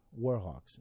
Warhawks